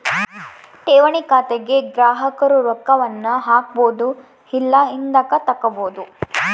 ಠೇವಣಿ ಖಾತೆಗ ಗ್ರಾಹಕರು ರೊಕ್ಕವನ್ನ ಹಾಕ್ಬೊದು ಇಲ್ಲ ಹಿಂದುಕತಗಬೊದು